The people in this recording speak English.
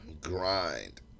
grind